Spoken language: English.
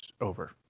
over